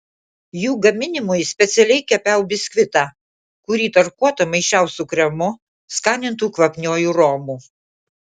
jų gaminimui specialiai kepiau biskvitą kurį tarkuotą maišiau su kremu skanintu kvapniuoju romu